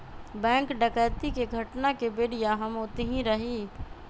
bank डकैती के घटना के बेरिया हम ओतही रही